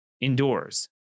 indoors